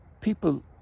People